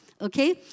okay